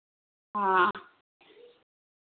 हां